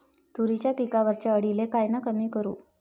तुरीच्या पिकावरच्या अळीले कायनं कमी करू?